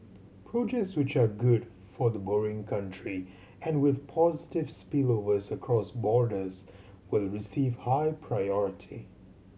projects which are good for the borrowing country and with positive spillovers across borders will receive high priority